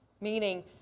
meaning